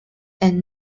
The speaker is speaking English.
and